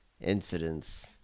incidents